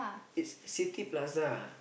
it's City Plaza